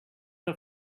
her